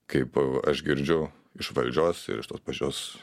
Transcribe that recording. kaip aš girdžiu iš valdžios ir iš tos pačios